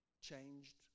changed